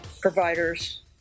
providers